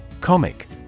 Comic